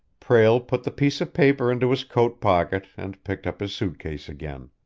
prale put the piece of paper into his coat pocket and picked up his suit case again.